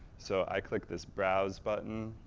so i click this browse button,